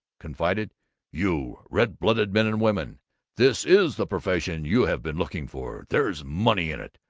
confided you red-blooded men and women this is the profession you have been looking for. there's money in it,